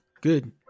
Good